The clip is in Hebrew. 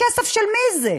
כסף של מי זה?